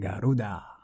Garuda